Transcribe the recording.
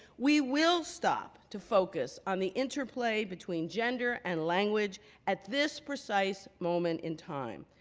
we will stop to focus on the interplay between gender and language at this precise moment in time.